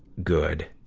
good!